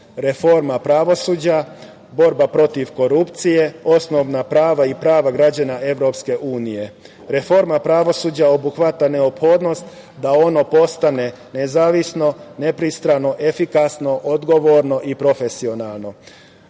reforma pravosuđa, borba protiv korupcije, osnovna prava i prava građana EU.Reforma pravosuđa obuhvata neophodnost da ono postane nezavisno, nepristrasno, efikasno, odgovorno i profesionalno.